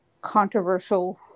controversial